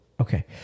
Okay